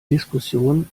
diskussion